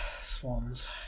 swans